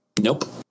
Nope